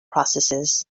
processes